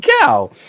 cow